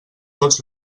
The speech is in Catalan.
tots